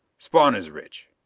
spawn is rich.